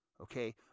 Okay